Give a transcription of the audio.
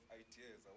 ideas